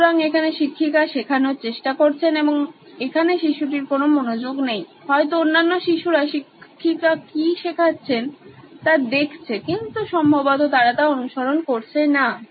সুতরাং এখানে শিক্ষিকা শেখানোর চেষ্টা করছেন এবং এখানে শিশুটির কোনো মনোযোগ নেই হয়তো অন্যান্য শিশুরা শিক্ষিকা কি শেখাচ্ছেন তা দেখছে কিন্তু সম্ভবত তারা তা অনুসরণ করছে না